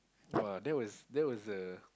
!wah! that was that was the